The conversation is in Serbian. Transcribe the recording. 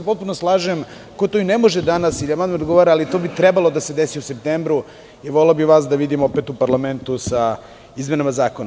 Potpuno se slažem, ko to i ne može danas na amandman da odgovara, ali to bi trebalo da se desi u septembru i voleo bih vas da vidim opet u parlamentu sa izmenama zakona.